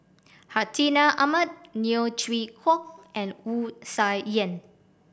Hartinah Ahmad Neo Chwee Kok and Wu Tsai Yen